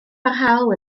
barhaol